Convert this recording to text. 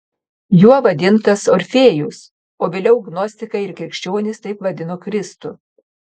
juo vadintas orfėjus o vėliau gnostikai ir krikščionys taip vadino kristų